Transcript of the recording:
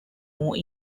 more